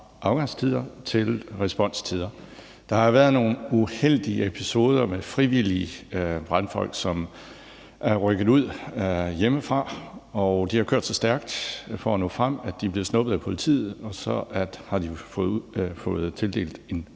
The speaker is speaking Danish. fra afgangstider til responstider. Der har været nogle uheldige episoder med frivillige brandfolk, som er rykket ud hjemmefra, og som har kørt så stærkt for at nå frem, at de er blevet snuppet af politiet, og at de så har fået tildelt en